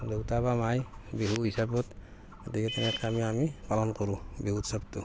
দেউতা বা মাই বিহুৰ হিচাপত গতিকে তেনেকৈ আমি পালন কৰোঁ বিহু উৎসৱটো